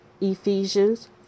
Ephesians